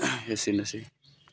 एसेनोसै